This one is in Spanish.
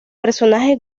personaje